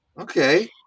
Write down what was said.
Okay